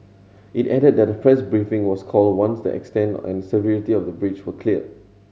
it added that a press briefing was called once the extent and severity of the breach were clear